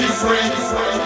free